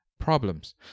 problems